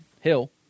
Hill